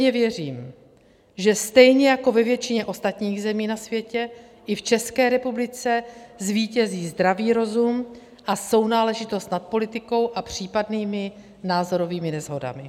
Pevně věřím, že stejně jako ve většině ostatních zemí na světě i v České republice zvítězí zdravý rozum a sounáležitost nad politikou a případnými názorovými neshodami.